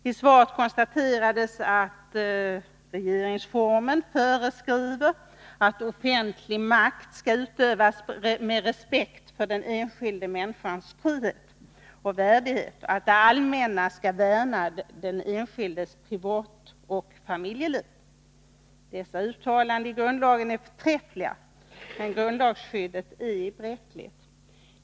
I svaret konstateras att regeringsformen föreskriver att offentlig makt skall utövas med respekt för den enskilda människans frihet och värdighet och att det allmänna skall värna den enskildes privatoch familjeliv. Dessa uttalanden i grundlagen är förträffliga, men grundlagsskyddet är bräckligt.